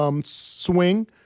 swing